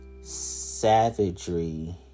savagery